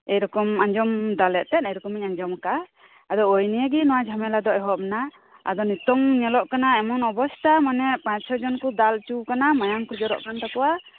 ᱮᱭ ᱨᱚᱠᱚᱢ ᱟᱸᱡᱚᱢ ᱮᱫᱟᱞᱮ ᱮᱱᱛᱮᱫ ᱮᱭᱨᱚᱠᱚᱢᱤᱧ ᱟᱸᱡᱚᱢ ᱟᱠᱟᱫᱼᱟ ᱟᱫᱚ ᱳᱭ ᱱᱤᱭᱮᱜᱮ ᱱᱚᱣᱟ ᱡᱷᱟᱢᱮᱞᱟ ᱫᱚ ᱮᱦᱚᱯ ᱮᱱᱟ ᱟᱫᱚ ᱱᱤᱛᱚᱝ ᱧᱮᱞᱚᱜ ᱠᱟᱱᱟ ᱮᱢᱚᱱ ᱚᱵᱚᱥᱛᱟ ᱢᱟᱱᱮ ᱯᱟᱸᱪ ᱪᱷᱚ ᱡᱚᱱ ᱠᱚ ᱮᱫᱟᱞ ᱚᱪᱚ ᱠᱟᱱᱟ ᱢᱟᱭᱟᱝ ᱠᱚᱡᱚᱨᱚᱜ ᱟᱠᱟᱱ ᱛᱟᱠᱚᱣᱟ